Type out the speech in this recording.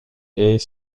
est